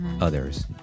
others